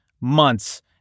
months